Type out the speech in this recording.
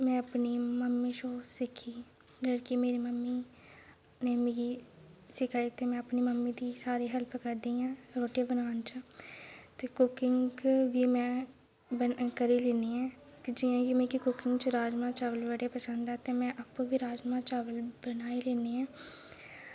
में अपनी मम्मी शा सिक्खी जेह्ड़ी कि मेरी मम्मी ने मिगी सखाई ते में अपनी मम्मी दी सारी हेल्प करदी आं रुट्टी बनान च ते कुकिंग बी में बनी करी लैनी आं ते जियां कि मिगी कुकिंग च राजमां चावल बड़े पसंद ऐ ते में आपूं बी राजमां चावल बनाई लैनी आं